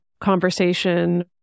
conversation